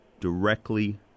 directly